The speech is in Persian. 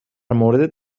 مورد